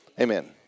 Amen